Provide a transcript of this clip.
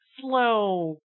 slow